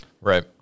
Right